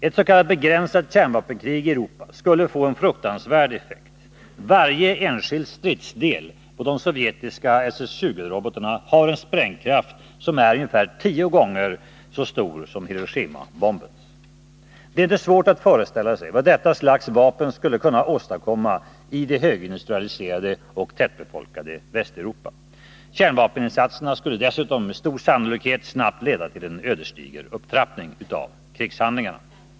Ett s.k. begränsat kärnvapenkrig i Europa skulle få en fruktansvärd effekt. Varje enskild stridsdel på de sovjetiska SS 20-robotarna har en sprängkraft som är ungefär tio gånger så stor som Hiroshimabombens. Det är inte svårt att föreställa sig vad detta slags vapen skulle kunna åstadkomma i det högindustrialiserade och tättbefolkade Västeuropa. Kärnvapeninsatserna skulle dessutom med stor sannolikhet snabbt leda till en ödesdiger upptrappning av krigshandlingarna.